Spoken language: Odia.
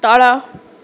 ତଳ